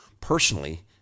personally